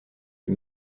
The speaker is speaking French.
fut